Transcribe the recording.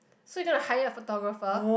so you gonna hire a photographer